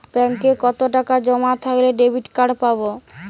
ব্যাঙ্কে কতটাকা জমা থাকলে ডেবিটকার্ড পাব?